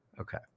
Okay